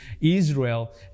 Israel